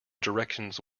directions